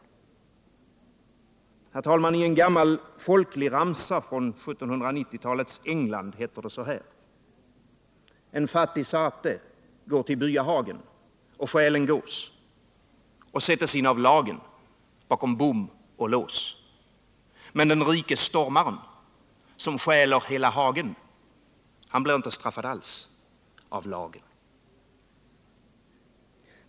Herr talman! I en gammal folklig ramsa från 1790-talets England heter det: En fattig sate går till byahagen, stjäl en gås och sättes in av lagen bakom bom och lås. Men den rike stormaren, som stjäler hela hagen, han blir inte straffad alls av lagen.